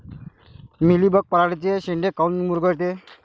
Mealybug पराटीचे चे शेंडे काऊन मुरगळते?